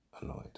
annoyed